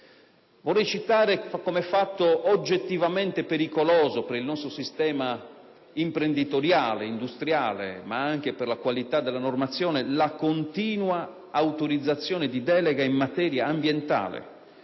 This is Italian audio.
Vorrei citare come fatto oggettivamente pericoloso per il nostro sistema imprenditoriale e industriale, ma anche per la qualità della normazione, la continua autorizzazione di deleghe in materia ambientale.